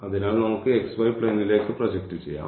അതിനാൽ നമുക്ക് xy പ്ലെയ്നിലേക്ക് പ്രൊജക്റ്റ് ചെയ്യാം